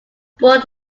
born